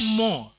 more